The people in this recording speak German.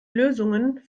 lösungen